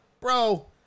Bro